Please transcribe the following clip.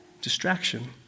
distraction